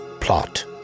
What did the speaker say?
plot